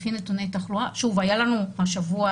שוב, היה לנו השבוע